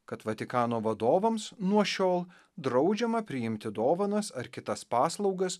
kad vatikano vadovams nuo šiol draudžiama priimti dovanas ar kitas paslaugas